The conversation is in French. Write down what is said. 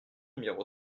numéro